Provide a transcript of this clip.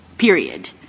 Period